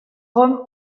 rome